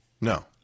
No